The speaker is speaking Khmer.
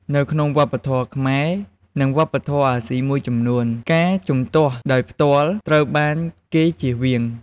នៅក្នុងវប្បធម៌ខ្មែរ និង វប្បធម៌អាស៊ីមួយចំនួន ការជំទាស់ដោយផ្ទាល់ ត្រូវបានគេជៀសវាង។